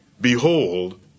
behold